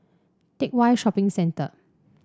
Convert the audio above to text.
Teck Whye Shopping Centre